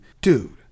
Dude